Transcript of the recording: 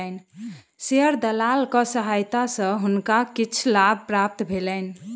share दलाल के सहायता सॅ हुनका किछ लाभ प्राप्त भेलैन